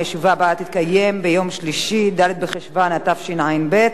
הישיבה הבאה תתקיים ביום שלישי, ד' בחשוון התשע"ב,